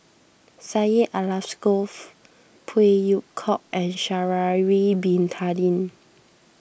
Syed Alsagoff Phey Yew Kok and Sha'ari Bin Tadin